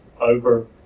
over